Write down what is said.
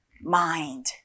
Mind